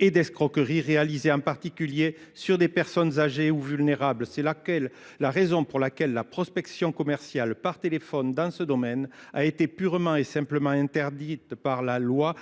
et d'escroqueries réalisées en particulier sur des personnes âgées ou vulnérables. C'est la raison pour laquelle la prospection commerciale par téléphone dans ce domaine a été purement et simplement interdite par la loi